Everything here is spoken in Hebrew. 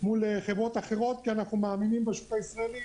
מול חברות אחרות כי אנחנו מאמינים בשוק הישראלי